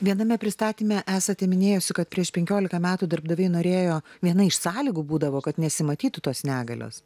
viename pristatyme esate minėjusi kad prieš penkiolika metų darbdaviai norėjo viena iš sąlygų būdavo kad nesimatytų tos negalios